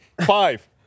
Five